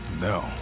No